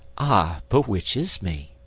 ah! but which is me?